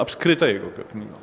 apskritai kokią knygą